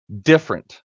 different